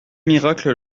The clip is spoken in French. miracles